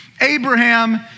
Abraham